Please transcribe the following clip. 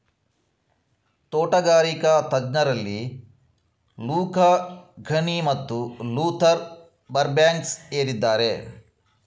ತೋಟಗಾರಿಕಾ ತಜ್ಞರಲ್ಲಿ Luca Ghini ಮತ್ತು ಲೂಥರ್ ಬರ್ಬ್ಯಾಂಕ್ಸ್ ಏರಿದ್ದಾರೆ